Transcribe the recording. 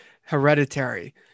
Hereditary